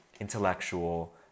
intellectual